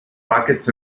buckets